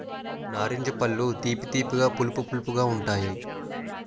నారింజ పళ్ళు తీపి తీపిగా పులుపు పులుపుగా ఉంతాయి